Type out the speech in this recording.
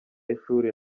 y’ishuri